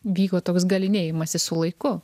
vyko toks galynėjimasis su laiku